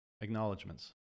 Acknowledgements